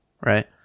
right